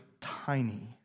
tiny